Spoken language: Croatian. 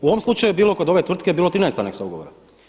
U ovom slučaju je bilo kod ove tvrtke 13 aneksa ugovora.